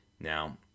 now